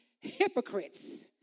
hypocrites